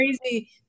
crazy